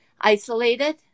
isolated